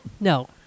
No